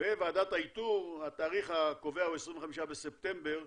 וועדת האיתור התאריך הקובע הוא 25 בספטמבר,